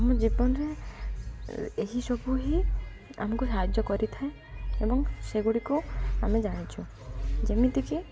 ଆମ ଜୀବନରେ ଏହିସବୁ ହିଁ ଆମକୁ ସାହାଯ୍ୟ କରିଥାଏ ଏବଂ ସେଗୁଡ଼ିକୁ ଆମେ ଜାଣିଛୁ ଯେମିତିକି